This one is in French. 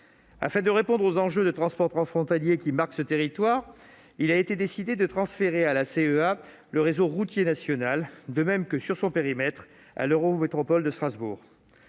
Afin de répondre aux enjeux de transport transfrontalier qui marquent ce territoire, il a été décidé de transférer le réseau routier national à la CEA et, sur son périmètre, à l'Eurométropole de Strasbourg.